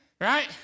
Right